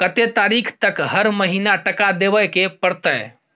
कत्ते तारीख तक हर महीना टका देबै के परतै?